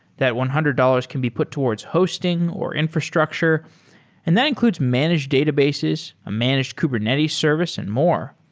that one hundred dollars can be put towards hosting or infrastructure and that includes managed databases, a managed kubernetes service and more.